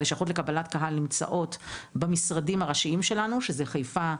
הלשכות לקבלת קהל נמצאות במשרדים הראשיים שלנו שהם חיפה,